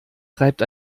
reibt